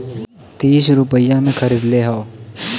तीस रुपइया मे खरीदले हौ